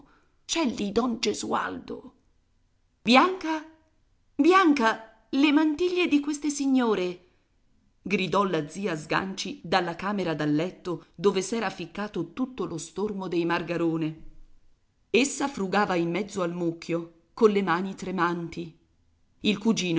guardano c'è lì don gesualdo bianca bianca le mantiglie di queste signore gridò la zia sganci dalla camera da letto dove s'era ficcato tutto lo stormo dei margarone essa frugava in mezzo al mucchio colle mani tremanti il cugino